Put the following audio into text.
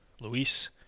Luis